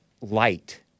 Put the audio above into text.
light